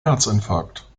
herzinfarkt